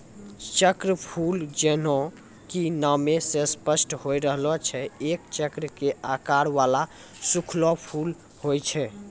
चक्रफूल जैन्हों कि नामै स स्पष्ट होय रहलो छै एक चक्र के आकार वाला सूखलो फूल होय छै